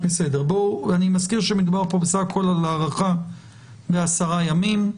אני מזכיר שמדובר כאן בסך הכול על הארכה ל-10 ימים.